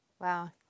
Wow